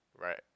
right